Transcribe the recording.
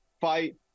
fight